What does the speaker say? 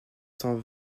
cent